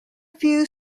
few